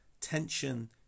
tension